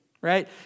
right